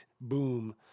boom